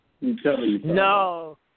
No